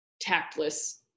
tactless